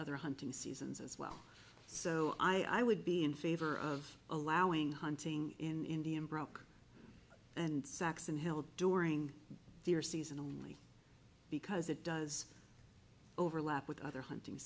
other hunting seasons as well so i would be in favor of allowing hunting in indian broke and saxon held during the season only because it does overlap with other hunting